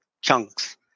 chunks